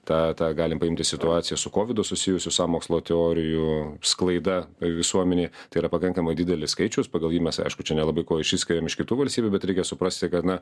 tą tą galim paimti situaciją su kovidu susijusių sąmokslo teorijų sklaida visuomenėj tai yra pakankamai didelis skaičius pagal jį mes aišku čia nelabai kuo išsiskiriam iš kitų valstybių bet reikia suprasti kad na